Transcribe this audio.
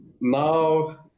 now